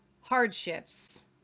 hardships